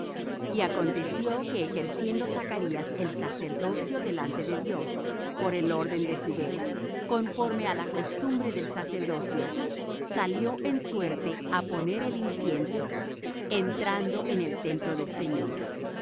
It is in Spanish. y aconteció que ejerciendo zacarías el sacerdocio delante de dios por el orden de su vez conforme á la costumbre del sacerdocio salió en suerte á poner el incienso entrando en el templo del señor